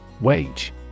Wage